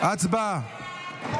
הצבעה.